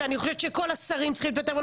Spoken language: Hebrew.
שאני חושבת שכל השרים צריכים להתפטר.